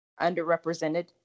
underrepresented